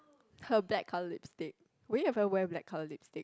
her black colour lipstick will you ever wear black colour lipstick